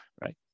right